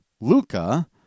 Luca